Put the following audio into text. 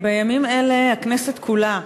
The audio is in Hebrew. בימים אלה הכנסת כולה,